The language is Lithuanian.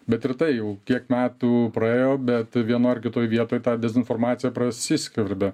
bet ir tai jau kiek metų praėjo bet vienoj ar kitoj vietoj ta dezinformacija prasiskverbia